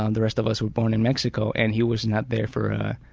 um the rest of us were born in mexico and he was not there for